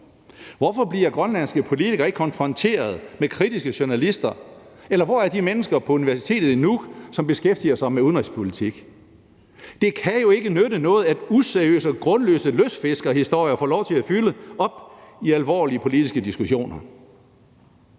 Hvorfor bliver grønlandske politikere ikke konfronteret med kritiske journalister? Hvor er de mennesker på universitetet i Nuuk, som beskæftiger sig med udenrigspolitik? Det kan jo ikke nytte noget, at useriøse og grundløse lystfiskerhistorier får lov til at fylde i alvorlige politiske diskussioner.